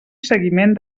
seguiment